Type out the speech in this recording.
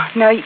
no